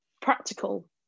practical